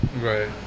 Right